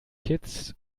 kitts